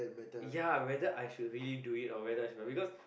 ya whether I should redo it or whether I should because